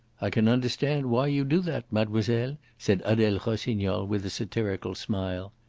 i can understand why you do that, mademoiselle, said adele rossignol, with a satirical smile.